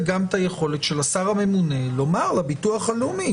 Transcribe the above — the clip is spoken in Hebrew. גם את היכולת של השר הממונה לומר לביטוח הלאומי: